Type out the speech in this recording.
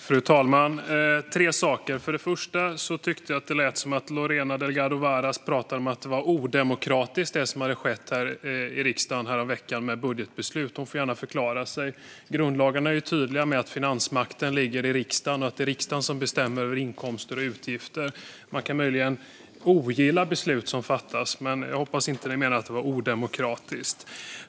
Fru talman! Tre saker: För det första tyckte jag att det lät som att Lorena Delgado Varas sa att det som skedde här i riksdagen med budgetbeslutet var odemokratiskt. Hon får gärna förklara sig. Grundlagen är tydlig med att finansmakten ligger hos riksdagen och att det är riksdagen som bestämmer över inkomster och utgifter. Man kan möjligen ogilla beslut som fattas, men jag hoppas att hon inte menade att det var odemokratiskt.